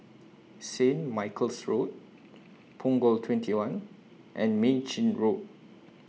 Saint Michael's Road Punggol twenty one and Mei Chin Road